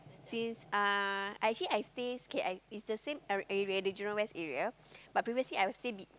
since uh I actually I stay okay I in same Jurong-West area but previously I will stay be